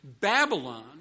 Babylon